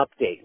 update